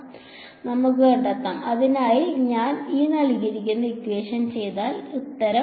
നമുക്ക് കണ്ടെത്താം അതിനാൽ ഞാൻ ചെയ്താൽ ഉത്തരം